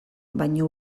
baina